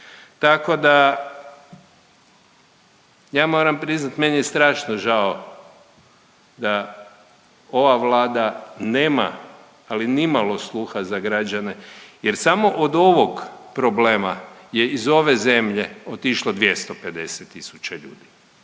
Tako da, ja moram priznat meni je strašno žao da ova Vlada nema, ali nimalo sluha za građane jer samo od ovog problema je iz ove zemlje otišlo 250 tisuća ljudi,